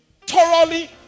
thoroughly